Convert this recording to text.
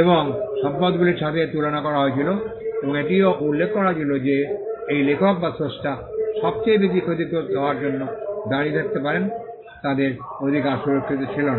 এবং সম্পদগুলির সাথে তুলনা করা হয়েছিল এবং এটিও উল্লেখ করা হয়েছিল যে এই লেখক বা স্রষ্টা সবচেয়ে বেশি ক্ষতিগ্রস্থ হওয়ার জন্য দাঁড়িয়ে থাকতে পারেন তাদের অধিকার সুরক্ষিত ছিল না